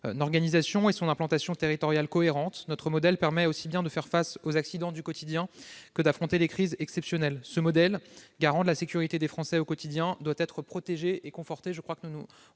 son organisation et son implantation territoriale cohérente, il permet aussi bien de faire face aux accidents du quotidien que d'affronter les crises exceptionnelles. Ce modèle, garant de la sécurité des Français au quotidien, doit être protégé et conforté.